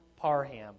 Parham